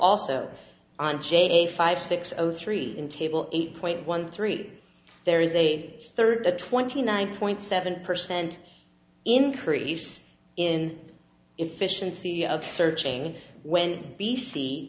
also on j a five six o three in table eight point one three there is a third at twenty nine point seven percent increase in efficiency of searching when b c